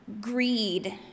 greed